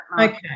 Okay